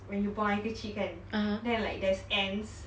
when you buy buang air kecil kan then like there's ends